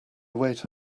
wait